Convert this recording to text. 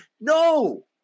no